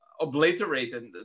obliterated